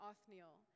Othniel